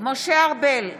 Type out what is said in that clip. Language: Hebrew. משה ארבל,